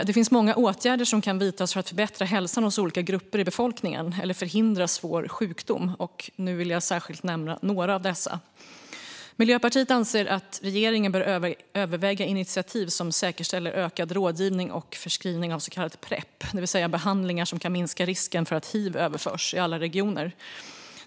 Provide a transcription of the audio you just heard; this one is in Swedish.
Det finns många åtgärder som kan vidtas för att förbättra hälsan hos olika grupper i befolkningen eller förhindra svår sjukdom, och jag vill särskilt nämna några av dem. Miljöpartiet anser att regeringen bör överväga initiativ som i alla regioner säkerställer ökad rådgivning och förskrivning av så kallade Prep, det vill säga behandlingar som kan minska risken för att hiv överförs.